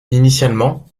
initialement